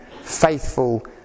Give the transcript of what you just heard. faithful